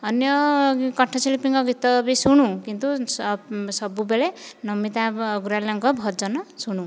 ଅନ୍ୟ କଣ୍ଠଶିଳ୍ପୀଙ୍କ ଗୀତ ବି ଶୁଣୁ କିନ୍ତୁ ସବୁବେଳେ ନମିତା ଅଗ୍ରୱାଲଙ୍କ ଭଜନ ଶୁଣୁ